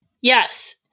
Yes